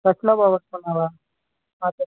బస్సులో పోగొట్టుకున్నావా కార్డ్